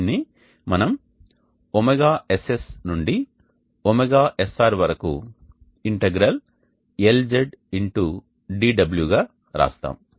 దీనిని మనం ωSS నుండి ωSR వరకు ഽLZ x dω గా రాస్తాము